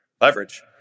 Leverage